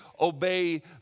obey